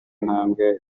intambwe